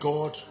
God